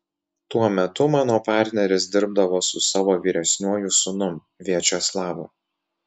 tuo metu mano partneris dirbdavo su savo vyresniuoju sūnum viačeslavu